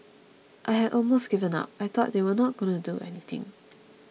I had almost given up I thought they weren't gonna do anything